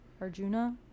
Arjuna